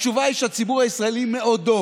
התשובה היא שהציבור הישראלי מעודו